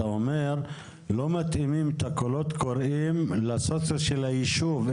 אתה אומר שלא מתאימים את הקולות קוראים לסוציו של הישוב,